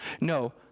No